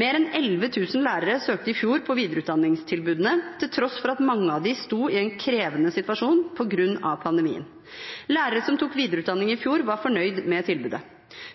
Mer enn 11 000 lærere søkte i fjor på videreutdanningstilbudene, til tross for at mange av dem sto i en krevende situasjon på grunn av pandemien. Lærere som tok videreutdanning i fjor, var fornøyd med tilbudet.